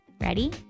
Ready